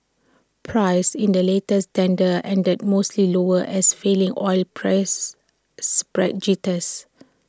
prices in the latest tender ended mostly lower as falling oil prices spread jitters